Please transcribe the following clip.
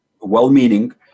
well-meaning